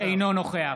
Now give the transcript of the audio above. אינו נוכח